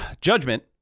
judgment